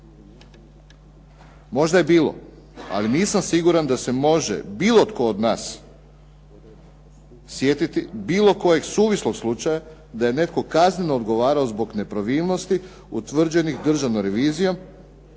Možda je bilo, ali nisam siguran da se može bilo tko od nas sjetiti bilo kojeg suvislog slučaja da je netko kazneno odgovarao zbog nepravilnosti utvrđenih Državnom revizijom,